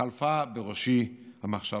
חלפה בראשי המחשבה: